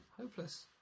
Hopeless